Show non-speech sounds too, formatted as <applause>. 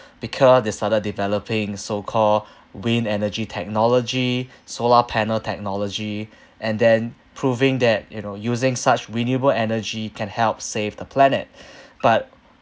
because they started developing so-called <breath> wind energy technology <breath> solar panel technology <breath> and then proving that you know using such renewable energy can help save the planet <breath> but